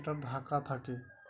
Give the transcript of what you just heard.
এটার ঢাকা থাকে